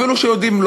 אפילו שיודעים,